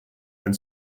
and